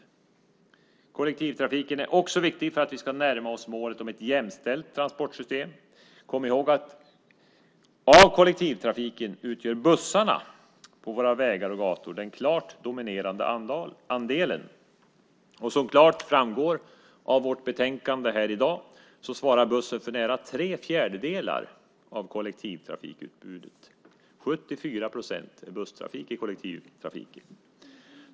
Kollektivtrafiken är också viktig för att vi ska närma oss målet om ett jämställt transportsystem. Kom ihåg att av kollektivtrafiken utgör bussarna på våra vägar och gator den klart dominerande andelen. Som klart framgår av vårt betänkande här i dag svarar bussen för nära tre fjärdedelar av kollektivtrafikutbudet. 74 procent är busstrafik i kollektivtrafiken.